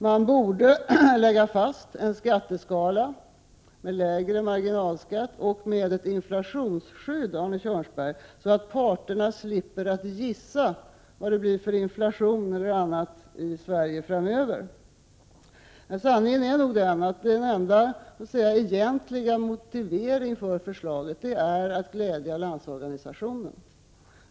Man borde lägga fast en skatteskala, med lägre marginalskatt och ett inflationsskydd, Arne Kjörnsberg, så att parterna slipper att gissa vilken inflation det blir i Sverige framöver. Sanningen är nog den att den enda egentliga motiveringen för förslaget är att man vill glädja Landsorganisationen.